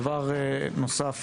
דבר נוסף,